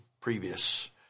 previous